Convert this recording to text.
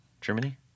Germany